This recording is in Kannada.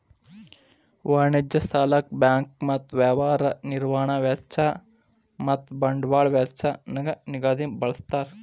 ವಾಣಿಜ್ಯ ಸಾಲಕ್ಕ ಬ್ಯಾಂಕ್ ಮತ್ತ ವ್ಯವಹಾರ ನಿರ್ವಹಣಾ ವೆಚ್ಚ ಮತ್ತ ಬಂಡವಾಳ ವೆಚ್ಚ ನ್ನ ನಿಧಿಗ ಬಳ್ಸ್ತಾರ್